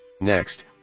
Next